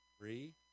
Three